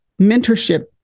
mentorship